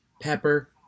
Pepper